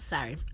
Sorry